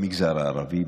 במגזר הערבי,